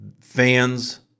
fans